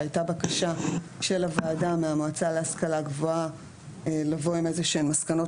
שהייתה בקשה של הוועדה מהמועצה להשכלה גבוהה לבוא עם איזשהן מסקנות,